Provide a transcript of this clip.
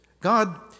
God